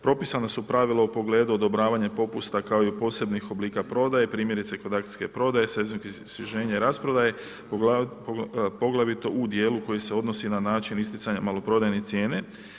Propisana su pravila u pogledu odobravanja popusta kao i posebnih oblika prodaje, primjerice i kod akcijske prodaje, ... i rasprodaje, poglavito u djelu koji se odnosi na način isticanja maloprodajne cijene.